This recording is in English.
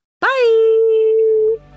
Bye